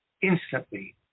instantly